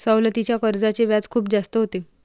सवलतीच्या कर्जाचे व्याज खूप जास्त होते